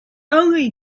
only